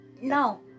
No